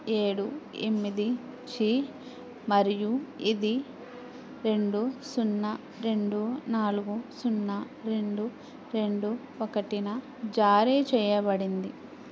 ఏడు ఎనిమిది జీ మరియు ఇది రెండు సున్నా రెండు నాలుగు సున్నా రెండు రెండు ఒకటిన జారీ చేయబడింది